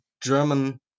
german